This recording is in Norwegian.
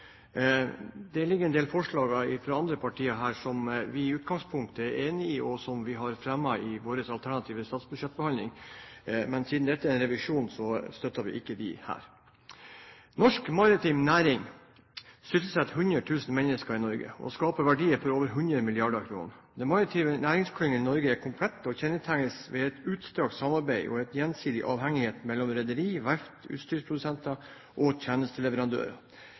Det ligger en del forslag fra andre partier her som vi i utgangspunktet er enige i – forslag som vi har fremmet i vårt alternative statsbudsjett – men siden dette er en revisjon, støtter vi dem ikke her. Norsk maritim næring sysselsetter 100 000 mennesker i Norge og skaper verdier for over 100 mrd. kr. Den maritime næringsklyngen i Norge er komplett og kjennetegnes ved et utstrakt samarbeid og en gjensidig avhengighet mellom rederier, verft, utstyrsprodusenter og